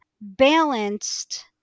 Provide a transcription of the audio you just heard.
balanced